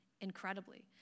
incredibly